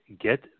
get